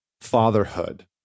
fatherhood